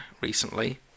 recently